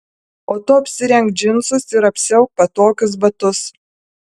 o tu apsirenk džinsus ir apsiauk patogius batus